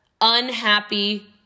unhappy